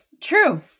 True